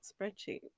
spreadsheet